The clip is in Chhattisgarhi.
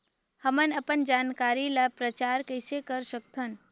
हमन अपन जानकारी ल प्रचार कइसे कर सकथन?